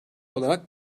olarak